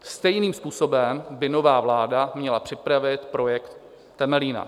Stejným způsobem by nová vláda měla připravit projekt Temelína.